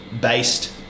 based